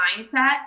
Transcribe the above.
mindset